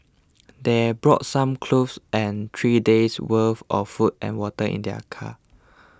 they brought some clothes and three days' worth of food and water in their car